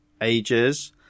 ages –